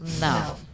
no